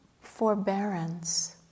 forbearance